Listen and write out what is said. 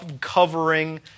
covering